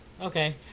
Okay